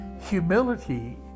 Humility